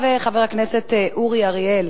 עכשיו חבר הכנסת אורי אריאל